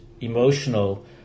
emotional